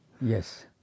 Yes